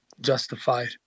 justified